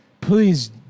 please